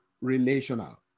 relational